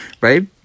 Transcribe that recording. Right